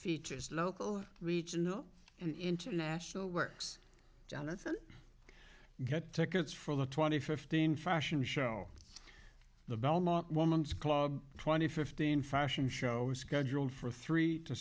features local regional and international works jonathan get tickets for the twenty fifteen fashion show the belmont woman's club twenty fifteen fashion show is scheduled for three to